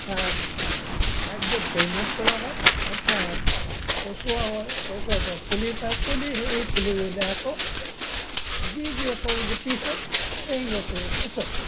তাক কাৰ্যত পৰিণত কৰা হয় অৰ্থাৎ পচোৱা হয় পচোৱাৰ পৰা পুলি পায় পুলি সেই পুলি ৰুলে আকৌ যি গছৰ গুটি হয় সেই গছেই ফচল হয়